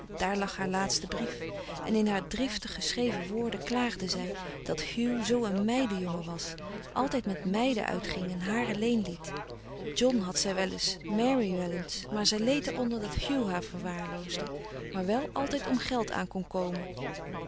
daar lag haar laatste brief en in haar driftig geschreven woorden klaagde zij dat hugh zoo een meiden jongen was àltijd met meiden uitging haar alleen liet john had zij wel eens mary wel eens maar zij leed er onder dat hugh haar verwaarloosde maar wel altijd om geld aan kon komen